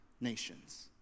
nations